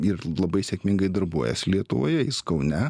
ir labai sėkmingai darbuojas lietuvoje jis kaune